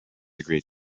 agreed